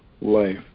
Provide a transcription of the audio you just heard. life